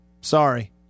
Sorry